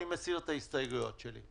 אני מסיר את ההסתייגויות שלי.